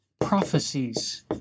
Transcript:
prophecies